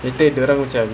oh my god